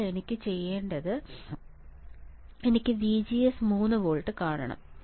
ഇപ്പോൾ എനിക്ക് ചെയ്യേണ്ടത് എനിക്ക് VGS3 വോൾട്ട് കാണണം